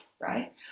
right